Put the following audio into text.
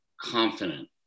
confident